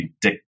Dick